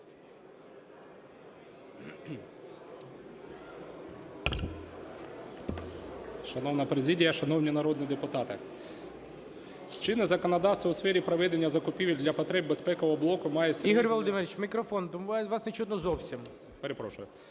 Шановна президія, шановні народні депутати, чинне законодавство у сфері проведення закупівель для потреб безпекового блоку має… ГОЛОВУЮЧИЙ. Ігор Володимирович, в мікрофон, вас не чутно зовсім. КОПИТІН